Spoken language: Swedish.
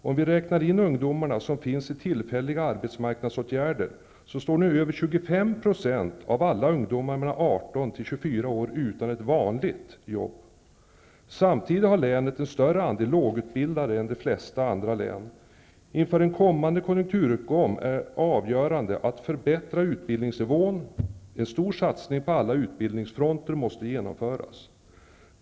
Om vi räknar in ungdomarna som finns i tillfälliga arbetsmarknadsåtgärder så står nu över 25 % av alla ungdomar mellan 18--24 år utan ett vanligt jobb. Samtidigt har länet en större andel lågutbildade än de flesta andra län. Inför en kommande konjunkturuppgång är det avgörande att förbättra utbildningsnivån. En stor satsning på alla utbildningsfronter måste genomföras!